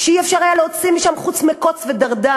שלא היה אפשר להוציא משם חוץ מקוץ ודרדר,